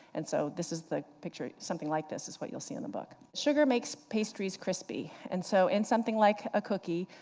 and so this is the picture, something like this is what you'll see in the book. sugar makes pastries crispy. and so in something like a cookie,